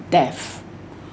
death